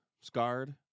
scarred